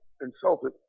insulted